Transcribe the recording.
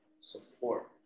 support